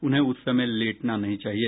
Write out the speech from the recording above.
उन्हें उस समय लेटना नहीं चाहिए